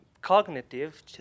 cognitive